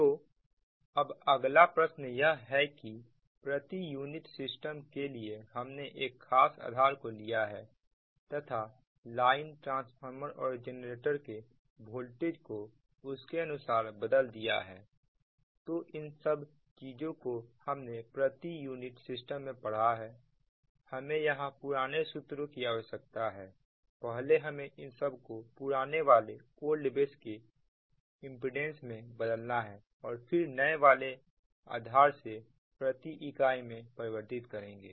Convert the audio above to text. तो अब अगला प्रश्न यह है कि प्रति यूनिट सिस्टम के लिए हमने एक खास आधार को लिया है तथा लाइन ट्रांसफार्मर और जेनरेटर के वोल्टेज को इसके अनुसार बदल दिया है तो इन सब चीजों को हमने प्रति यूनिट सिस्टम में पढा हैऔर हमें यहां पुराने सूत्रों की आवश्यकता है पहले हमें इन सब को पुराने वाले आधार के इंपीडेंस में बदलना है और फिर नए आधार से प्रति इकाई में परिवर्तित करेंगे